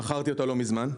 מכרתי אותה לא מזמן.